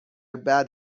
بعد